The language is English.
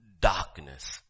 darkness